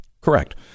Correct